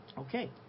Okay